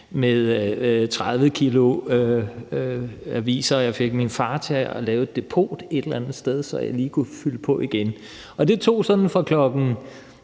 med 30 kg aviser, og jeg fik min far til at lave et depot et eller andet sted, så jeg lige kunne fylde på igen. Det tog sådan fra kl.